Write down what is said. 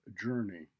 journey